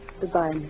Goodbye